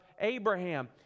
Abraham